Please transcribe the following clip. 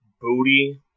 booty